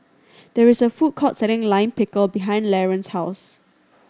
there is a food court selling Lime Pickle behind Laron's house